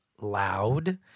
loud